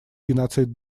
геноцид